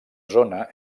zona